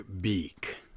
beak